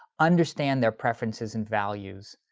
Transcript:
understand their preferences and values,